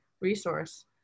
resource